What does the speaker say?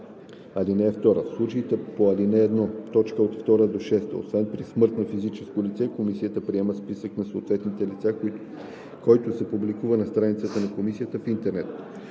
ал. 3. (2) В случаите по ал. 1, т. 2 – 6, освен при смърт на физическото лице, комисията приема списък на съответните лица, който се публикува на страницата на комисията в интернет.